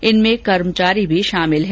इनमें कर्मचारी भी शामिल हैं